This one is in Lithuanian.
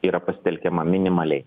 yra pasitelkiama minimaliai